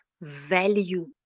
value